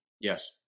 Yes